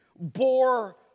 bore